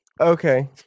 Okay